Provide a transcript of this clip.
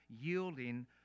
yielding